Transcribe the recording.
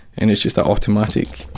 and it's just that automatic,